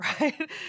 right